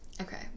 Okay